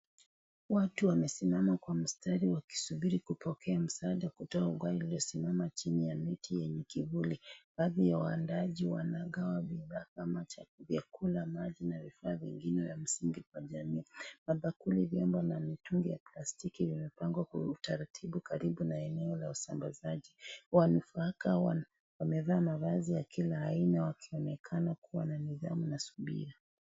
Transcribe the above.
Watu wamesimama kwa mstari wakingojea kupokea msaada kutoka wale waliosimama chini ya mti wenye kivuli. Baadhi ya waandaji wanagawa vyakula, maji na vifaa vingine vya msingi kwa jamii. Mabakuli, vyombo na mitungi vya plastiki vimepangwa kwa utaratibu karibu na eneo la usambazaji. Wamevaa mavazi ya kila aina wakionekana kuwa na nidhamu na subira.